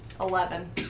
Eleven